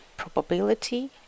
probability